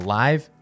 live